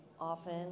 often